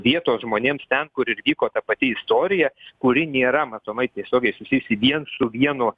vietos žmonėms ten kur ir vyko ta pati istorija kuri nėra matomai tiesiogiai susijusi vien su vienu